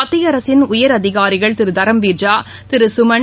மத்தியஅரசின் உயர் அதிகாரிகள் திருதரம்வீர் ஜா திருகமன்